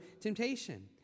temptation